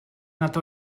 nad